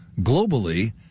Globally